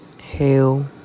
hail